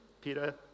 Peter